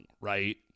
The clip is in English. right